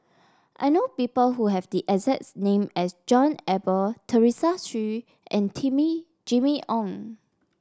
I know people who have the exact name as John Eber Teresa Hsu and Jimmy Ong